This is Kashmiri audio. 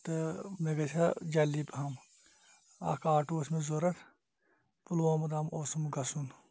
تہٕ مےٚ گژھِ ہا جلدی پَہَم اَکھ آٹوٗ اوس مےٚ ضوٚرَتھ پُلووم تام اوسُم گژھُن